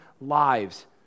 lives